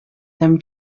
them